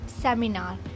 seminar